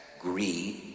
greed